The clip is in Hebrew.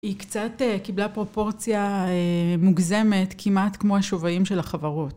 היא קצת קיבלה פרופורציה מוגזמת, כמעט כמו השובעים של החברות.